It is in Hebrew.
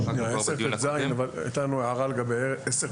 המקומי הייתה הערה לסעיף